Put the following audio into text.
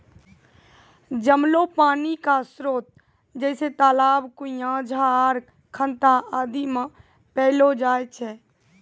जमलो पानी क स्रोत जैसें तालाब, कुण्यां, डाँड़, खनता आदि म पैलो जाय छै